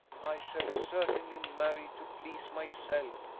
i shall certainly marry to please myself,